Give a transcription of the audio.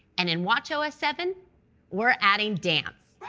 and in watchos seven we're adding dance.